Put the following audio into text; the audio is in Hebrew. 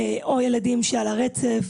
או ילדים שהם על הרצף,